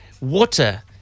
water